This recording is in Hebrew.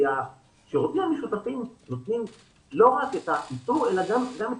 השירותים המשותפים נותנים לא רק את האיתור אלא גם את